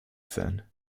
sein